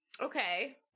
Okay